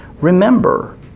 remember